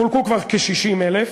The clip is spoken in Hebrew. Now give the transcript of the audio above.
כ-60,000,